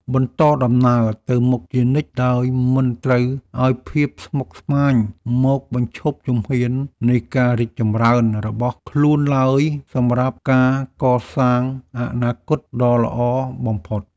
បន្តដំណើរទៅមុខជានិច្ចដោយមិនត្រូវឱ្យភាពស្មុគស្មាញមកបញ្ឈប់ជំហាននៃការរីកចម្រើនរបស់ខ្លួនឡើយសម្រាប់ការកសាងអនាគតដ៏ល្អបំផុត។